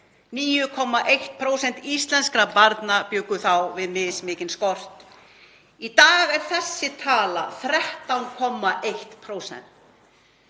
9,1% íslenskra barna bjó þá við mismikinn skort. Í dag er þessi tala 13,1%.